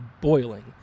boiling